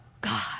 God